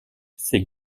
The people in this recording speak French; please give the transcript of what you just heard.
ses